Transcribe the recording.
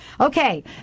Okay